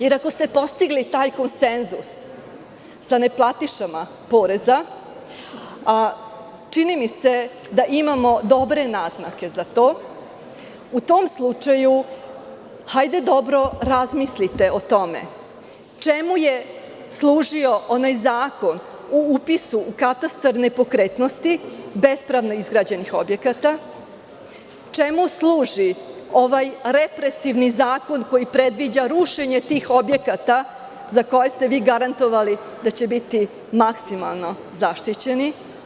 Jer, ako ste postigli taj konsenzus sa neplatišama poreza, a čini mi se da imamo dobre naznake za to, u tom slučaju dobro razmislite o tome čemu je služio onaj zakon o upisu u katastar nepokretnosti bespravno izgrađenih objekata, čemu služi ovaj represivni zakon koji predviđa rušenje tih objekata, za koje ste vi garantovali da će biti maksimalno zaštićeni.